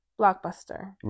Blockbuster